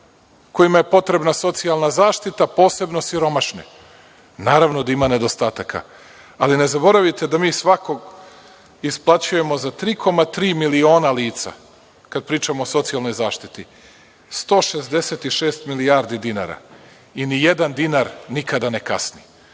kojima je potrebna socijalna zaštita posebno siromašnima. Naravno da ima nedostataka, ali ne zaboravite da mi svakog isplaćujemo za 3,3 miliona lica, kada pričamo o socijalnoj zaštiti, 166 milijardi dinara i ni jedan dinar nikada ne kasni,